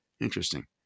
interesting